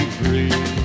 free